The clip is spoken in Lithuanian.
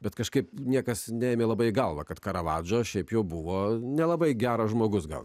bet kažkaip niekas neėmė labai į galvą kad karavadžo šiaip jau buvo nelabai geras žmogus gal